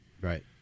Right